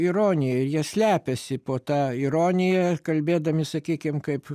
ironija ir jie slepiasi po ta ironija kalbėdami sakykim kaip